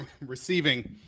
receiving